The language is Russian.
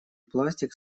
пластик